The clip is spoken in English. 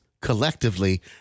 collectively